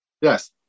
yes